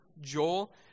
Joel